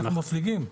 אנחנו מפליגים.